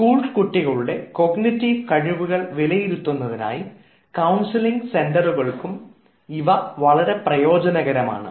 school കുട്ടികളുടെ cognitive കഴിവുകൾ വിലയിരുത്തുന്നതിനായി കൌൺസിലിംഗ് സെൻററുകൾക്കും വളരെ പ്രയോജനകരമാണ്